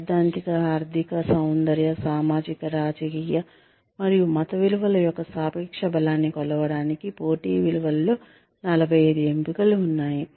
సైద్ధాంతిక ఆర్థిక సౌందర్య సామాజిక రాజకీయ మరియు మత విలువల యొక్క సాపేక్ష బలాన్ని కొలవడానికి పోటీ విలువలలో 45 ఎంపికలు ఉన్నాయి